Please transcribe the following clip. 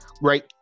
right